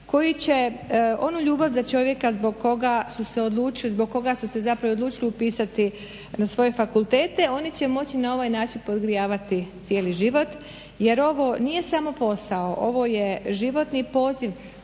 kog su se odlučili zbog koga su se zapravo i odlučili upisati na svoje fakultete oni će moći na ovaj način podgrijavati cijeli život jer ovo nije samo posao, ovo je životni poziv